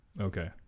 Okay